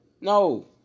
No